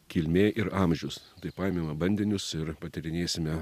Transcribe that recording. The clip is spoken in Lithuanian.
kilmė ir amžius tai paėmėme bandinius ir patyrinėsime